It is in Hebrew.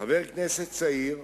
כחבר כנסת צעיר,